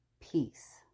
peace